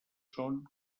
són